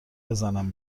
بزنم